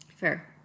Fair